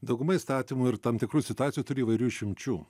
dauguma įstatymų ir tam tikrų situacijų turi įvairių išimčių